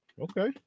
Okay